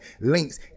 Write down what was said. links